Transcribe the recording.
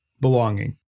belonging